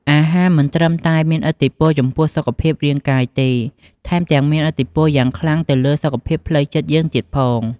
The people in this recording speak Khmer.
អាហារមិនត្រឹមតែមានឥទ្ធិពលចំពោះសុខភាពរាងកាយទេ ថែមទាំងមានឥទ្ធិពលយ៉ាងខ្លាំងទៅលើសុខភាពផ្លូវចិត្តយើងទៀតផង។